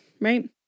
right